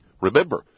Remember